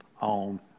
on